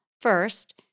first